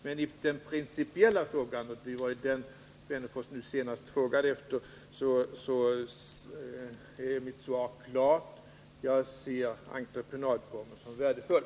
Men i den principiella frågan — och det var den som Alf Wennerfors nu senast tog upp — är mitt svar klart: Jag ser entreprenadformen som värdefull.